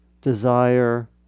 desire